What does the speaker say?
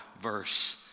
verse